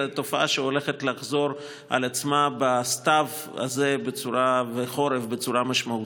אלא תופעה שהולכת לחזור על עצמה בסתיו הזה ובחורף בצורה משמעותית.